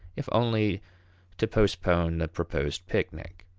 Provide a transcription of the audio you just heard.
if only to postpone the proposed picnic.